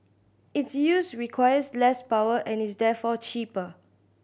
its use requires less power and is therefore cheaper